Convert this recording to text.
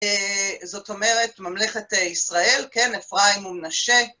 זאת אומרת, ממלכת ישראל, כן, אפריים ומנשה.